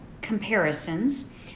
comparisons